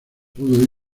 pudo